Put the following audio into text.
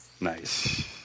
Nice